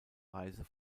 reise